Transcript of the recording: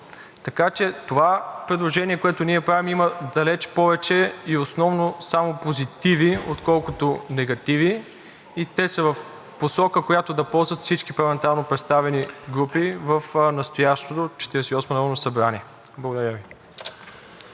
Така че това предложение, което ние правим, има далеч повече и основно само позитиви, отколкото негативи и те са в посока, която да ползват всички парламентарно представени групи в настоящото Четиридесет и